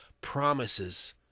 promises